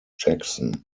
jackson